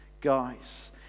guys